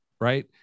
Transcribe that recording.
Right